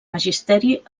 magisteri